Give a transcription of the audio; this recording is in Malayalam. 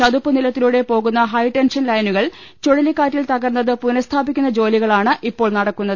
ചതുപ്പ് നിലത്തിലൂടെ പോകുന്ന ഹൈടെൻഷൻ ലൈനുകൾ ചുഴലിക്കാറ്റിൽ തകർന്നത് പുനഃസ്ഥാപിക്കുന്ന ജോലികളാണ് ഇപ്പോൾ നടക്കുന്നത്